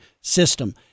system